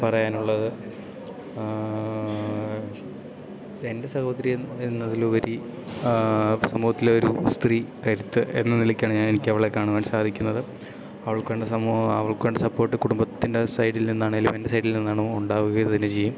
പറയാനുള്ളത് എൻ്റെ സഹോദരി എന്നതിലുപരി സമൂഹത്തിലെ ഒരു സ്ത്രീ കരുത്ത് എന്ന നിലക്കാണ് ഞാൻ എനിക്കവളെ കാണുവാൻ സാധിക്കുന്നത് അവൾക്ക് വേണ്ട സമൂഹം അവൾക്ക് വേണ്ട സപ്പോർട്ട് കുടുംബത്തിൻ്റെ സൈഡിൽ നിന്നാണെങ്കിലും എൻ്റെ സൈഡിൽ നിന്നാണോ ഉണ്ടാവുക ഇത് തന്നെ ചെയ്യും